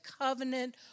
covenant